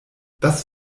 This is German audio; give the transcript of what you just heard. das